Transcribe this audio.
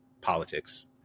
politics